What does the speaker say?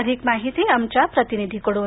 अधिक माहिती आमच्या प्रतिनिधीकडून